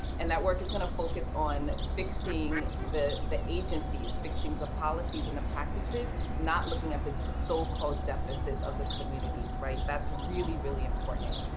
and that work is going to focus on fixing the the agencies, fixing the policies and the practices, not looking at the so called deficits of the communities. that's really, really important.